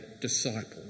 disciple